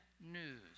news